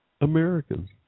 Americans